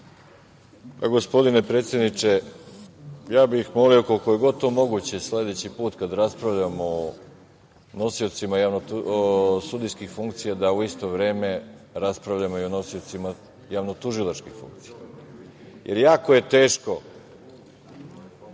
gospodine predsedniče, molio bih, koliko je god to moguće, sledeći put kada raspravljamo o nosiocima sudijskih funkcija, da u isto vreme raspravljamo i o nosiocima javno tužilačkih funkcija. Jako je teško